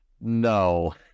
no